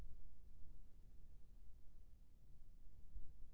बचत खाता म हमन ला कतक रकम जमा करना हे?